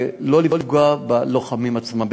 שלא לפגוע בלוחמים עצמם,